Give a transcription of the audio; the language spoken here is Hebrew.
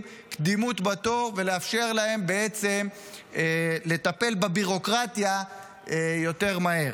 קדימות בתור ולאפשר להם בעצם לטפל בביורוקרטיה יותר מהר.